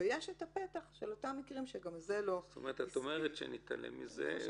ויש הפתח של אותם מקרים שגם זה לא --- אז את אומרת שנתעלם מזה.